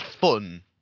fun